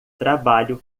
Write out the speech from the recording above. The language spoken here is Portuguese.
trabalho